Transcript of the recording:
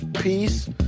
Peace